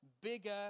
bigger